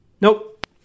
Nope